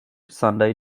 sunday